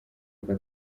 aka